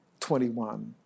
21